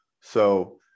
So-